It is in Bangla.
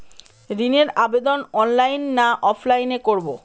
ঋণের আবেদন অনলাইন না অফলাইনে করব?